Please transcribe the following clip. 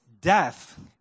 death